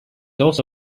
also